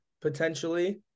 potentially